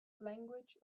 language